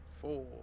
four